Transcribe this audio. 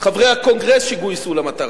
חברי הקונגרס שגויסו למטרה.